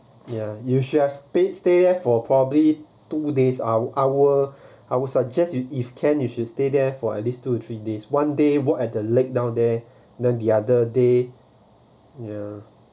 you should have stay stay there for probably two days I I would I would suggest you if can you should stay there for at least two or three days one day work at the lake down there then the other day ya